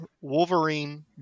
Wolverine